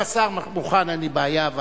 אם השר מוכן, אין לי בעיה.